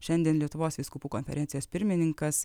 šiandien lietuvos vyskupų konferencijos pirmininkas